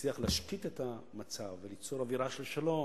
שהצליח להשקיט את המצב וליצור אווירה של שלום.